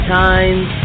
times